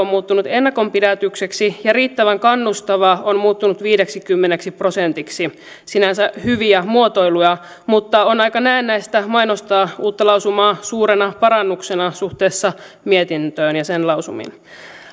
muuttunut ennakonpidätykseksi ja riittävän kannustava on muuttunut viideksikymmeneksi prosentiksi sinänsä hyviä muotoiluja mutta on aika näennäistä mainostaa uutta lausumaa suurena parannuksena suhteessa mietintöön ja sen lausumiin